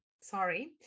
sorry